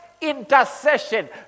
intercession